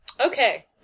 Okay